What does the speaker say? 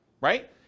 right